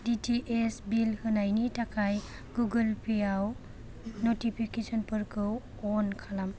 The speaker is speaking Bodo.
डि टि एच बिल होनायनि थाखाय गुगोल पेआव नटिफिकेसनफोरखौ अन खालाम